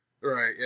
right